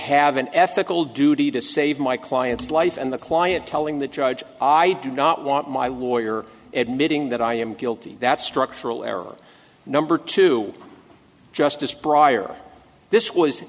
have an ethical duty to save my client's life and the client telling the judge i do not want my lawyer admitting that i am guilty that structural error number two justice prior this was